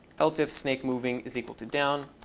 else if snakemoving is equal to down,